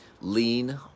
Lean